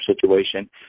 situation